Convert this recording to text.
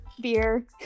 Beer